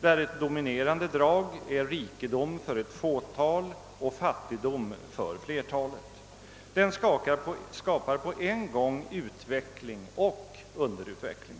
där ett dominerande drag är rikedom för ett fåtal och fattigdom för flertalet. Den skapar på en gång utveckling och underutveckling.